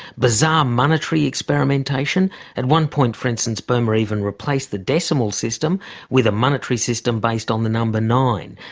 bizarre monetary experimentation at one point, for instance, burma even replaced the decimal system with a monetary system based on the number nine.